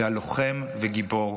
שהיה לוחם וגיבור,